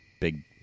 big